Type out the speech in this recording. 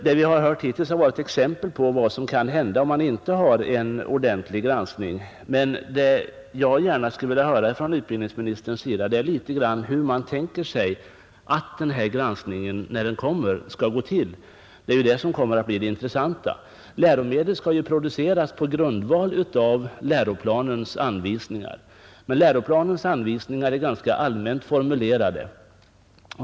Det vi har hört hittills har varit exempel på vad som kan hända om det inte sker en ordentlig granskning, men det jag gärna skulle vilja höra från utbildningsministern är litet grand om hur man tänker sig att den här granskningen, när den kommer, skall gå till. Det är ju det som kommer att bli det intressanta. Läromedel skall ju produceras på grundval av läroplanens anvisningar. Men läroplanens anvisningar är ganska allmänt formulerade.